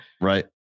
Right